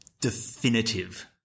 definitive